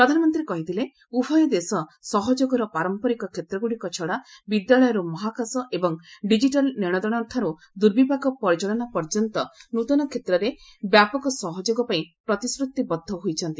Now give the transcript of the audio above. ପ୍ରଧାନମନ୍ତ୍ରୀ କହିଥିଲେ ଉଭୟ ଦେଶ ସହଯୋଗର ପାରମ୍ପରିକ କ୍ଷେତ୍ରଗୁଡ଼ିକ ଛଡ଼ା ବିଦ୍ୟାଳୟରୁ ମହାକାଶ ଏବଂ ଡିଜିଟାଲ୍ ନେଶଦେଶଠାରୁ ଦୁର୍ବିପାକ ପରିଚାଳନା ପର୍ଯ୍ୟନ୍ତ ନୃତନ କ୍ଷେତ୍ରରେ ବ୍ୟାପକ ସହଯୋଗ ପାଇଁ ପ୍ରତିଶ୍ରତିବଦ୍ଧ ହୋଇଛନ୍ତି